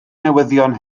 newyddion